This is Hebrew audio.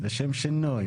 לשם שינוי.